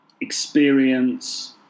experience